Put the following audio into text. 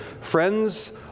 Friends